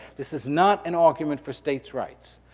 this is not an argument for states' rights.